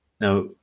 Now